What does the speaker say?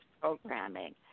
programming